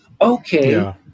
Okay